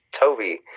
Toby